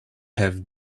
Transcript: have